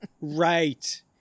Right